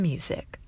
Music